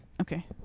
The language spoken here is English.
Okay